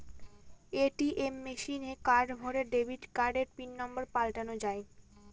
ATM মেশিনে card ভোরে debit কার্ডের পিন নম্বর পাল্টানো যায়